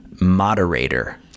moderator